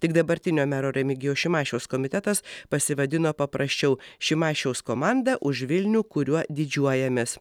tik dabartinio mero remigijaus šimašiaus komitetas pasivadino paprasčiau šimašiaus komanda už vilnių kuriuo didžiuojamės